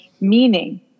meaning